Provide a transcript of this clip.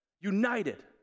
united